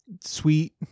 sweet